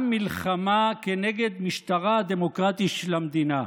גם מלחמה כנגד משטרה הדמוקרטי של המדינה,